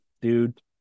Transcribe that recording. dude